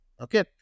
okay